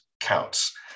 counts